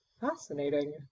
Fascinating